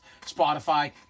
Spotify